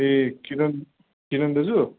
ए किरण किरण दाजु